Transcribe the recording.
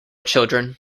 children